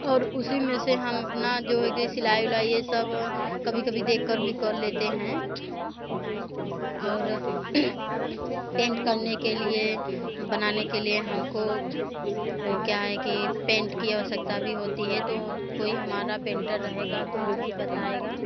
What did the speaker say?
और उसी में से हम न जो है कि सिलाई उलाई यह सब कभी कभी देख कर भी कर लेते हैं और पेंट करने के लिए बनाने के लिए हमको वो क्या हैं कि पेंट की आवश्यकता भी होती है तो कोई हमारा पेंटर रहेगा तो वह भी बताएगा